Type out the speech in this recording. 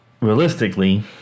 realistically